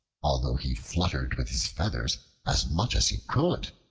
although he fluttered with his feathers as much as he could.